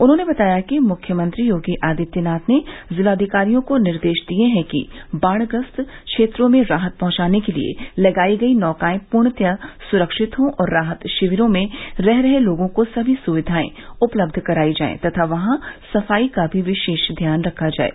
उन्होंने बताया कि मुख्यमंत्री योगी आदित्यनाथ ने जिलाधिकारियों को निर्देश दिये हैं कि बाढग्रस्त क्षेत्रों में राहत पहंचाने के लिए लगायी गयी नौकायें पूर्णतयाः सुरक्षित हों और राहत शिविरों में रह रहे लोगों को सभी सुविधायें उपलब्ध करायी जाये तथा वहां सफाई का भी विशेष ध्यान रखा जाये